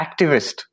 activist